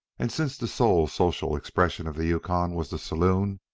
and since the sole social expression of the yukon was the saloon,